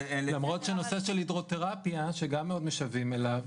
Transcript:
למרות שהנושא של הידרותרפיה שגם מאוד משוועים אליו,